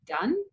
done